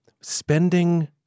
spending